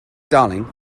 darling